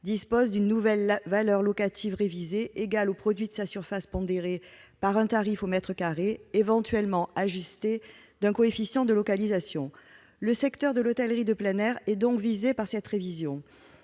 disposent d'une nouvelle valeur locative révisée, égale au produit de la surface pondérée par un tarif au mètre carré, éventuellement ajusté d'un coefficient de localisation. Le secteur de l'hôtellerie de plein air est visé par cette révision